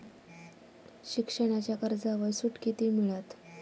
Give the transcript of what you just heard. शिक्षणाच्या कर्जावर सूट किती मिळात?